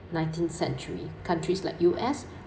nineteenth century countries like U_S